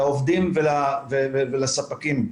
לעובדים ולספקים.